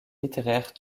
littéraires